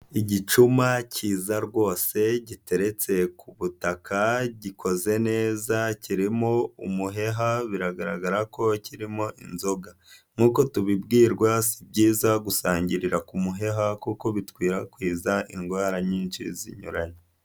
Igicuma kiza rwose giteretse ku butaka gikoze neza kirimo umuheha biragaragara ko kirimo inzoga nk'uko tubibwirwa si byiza gusangirira ku kumuheha kuko bikwirakwiza indwara nyinshi zinyuranye.